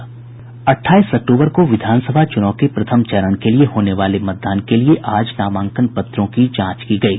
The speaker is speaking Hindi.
अठाईस अक्टूबर को विधानसभा चुनाव के प्रथम चरण के लिए होने वाले मतदान के लिए आज नामांकन पत्रों की जांच की गयी